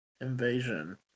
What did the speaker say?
Invasion